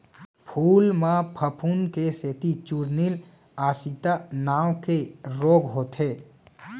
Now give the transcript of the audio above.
फूल म फफूंद के सेती चूर्निल आसिता नांव के रोग होथे